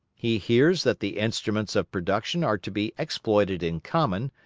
he hears that the instruments of production are to be exploited in common,